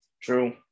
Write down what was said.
True